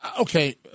Okay